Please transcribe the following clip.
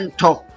talk